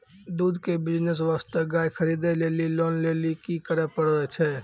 दूध के बिज़नेस वास्ते गाय खरीदे लेली लोन लेली की करे पड़ै छै?